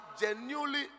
genuinely